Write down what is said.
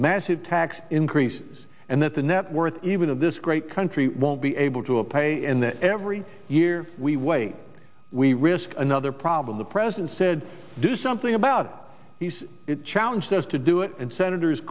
massive tax increases and that the net worth even of this great country won't be able to apply and that every year we wait we risk another problem the president said do something about it challenged us to do it and senators